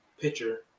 pitcher